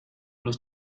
los